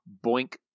Boink